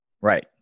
Right